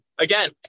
again